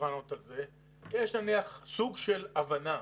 יש נניח סוג של הבנה,